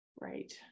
right